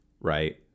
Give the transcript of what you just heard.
right